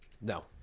No